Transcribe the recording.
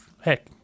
Heck